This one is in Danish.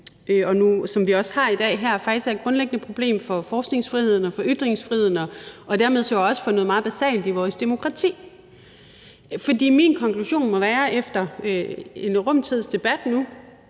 som vi også har her i dag, faktisk er et grundlæggende problem for forskningsfriheden og for ytringsfriheden og dermed jo også for noget meget basalt i vores demokrati. For min konklusion efter en rum tids debat må